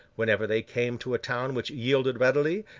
whenever they came to a town which yielded readily,